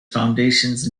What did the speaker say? foundations